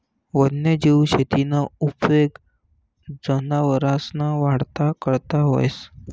वन्यजीव शेतीना उपेग जनावरसना वाढना करता व्हस